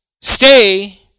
stay